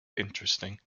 interesting